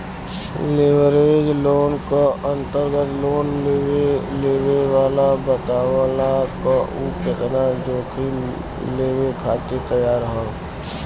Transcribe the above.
leverage loan क अंतर्गत loan लेवे वाला बतावला क उ केतना जोखिम लेवे खातिर तैयार हौ